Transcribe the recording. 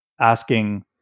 asking